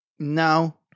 No